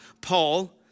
Paul